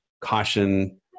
caution